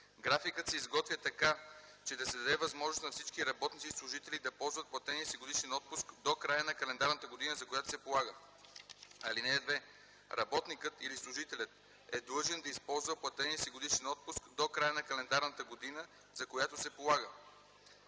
Графикът се изготвя така, че да се даде възможност на всички работници и служители да ползват платения си годишен отпуск до края на календарната година, за която се полага. (2) Работникът или служителят е длъжен да използва платения си годишен отпуск до края на календарната година, за която се полага.